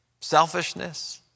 selfishness